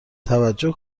توجه